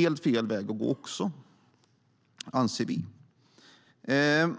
helt fel väg att gå.